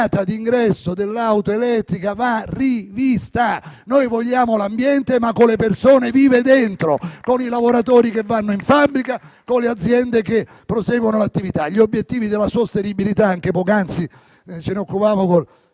la data di ingresso dell'auto elettrica va rivista: noi vogliamo preservare l'ambiente, ma con le persone vive dentro, con i lavoratori che vanno in fabbrica, con le aziende che proseguono l'attività. Gli obiettivi della sostenibilità - anche poc'anzi ce ne occupavamo con